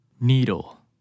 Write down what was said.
Needle